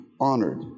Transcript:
honored